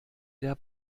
der